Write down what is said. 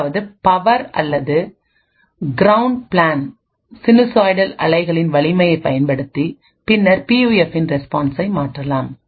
அதாவதுபவர் அல்லது ground plane சைனூசாய்டல்அலைகளின் வலிமையைப் பயன்படுத்திபின்னர் பியூஎஃப்பின் ரெஸ்பான்ஸை மாற்றலாம்